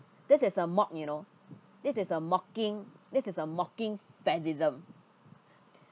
this is a mock you know this is a mocking this is a mocking fascism